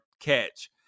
Catch